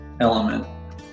element